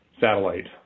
satellite